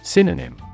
Synonym